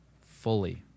fully